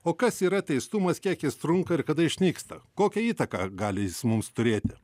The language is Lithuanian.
o kas yra teistumas kiek jis trunka ir kada išnyksta kokią įtaką gali jis mums turėti